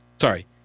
Sorry